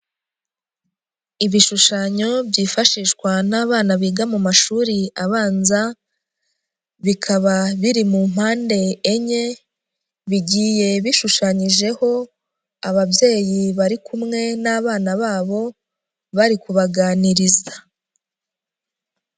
Ibishushanyo byifashishwa n'abana biga mu mashuri abanza, bikaba biri mu mpande enye bigiye bishushanyijeho ababyeyi bari kumwe n'abana babo bari kubaganiriza.